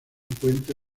puente